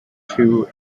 two